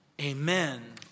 amen